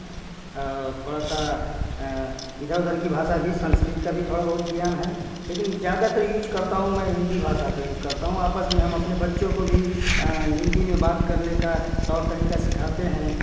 और थोड़ा सा इधर उधर की भाषा भी संस्कृत का भी थोड़ा बहुत ज्ञान है लेकिन ज़्यादातर यूज करता हूँ मैं हिंदी भाषा का यूज करता हूँ आपस में हम अपने बच्चों को भी हिंदी में बात करने का तौर तरीका सिखाते हैं